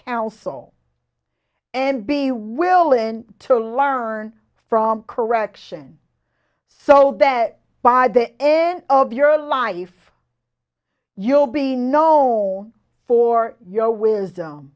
counsel and be willing to learn from correction so that by the end of your life you will be know for your wisdom